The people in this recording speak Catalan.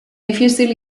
difícil